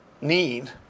need